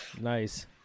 Nice